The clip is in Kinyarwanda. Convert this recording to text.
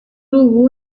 ubu